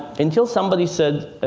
until somebody said,